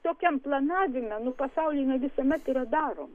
tokiam planavime nu pasauly nu visuomet yra daroma